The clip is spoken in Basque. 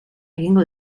egingo